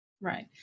Right